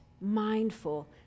mindful